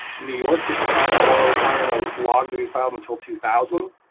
new york didn't pass a law requiring a log to be filed until two thousand,